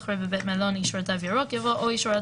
אחרי "בבית המלון אישור "תו ירוק"" יבוא ״או אישור על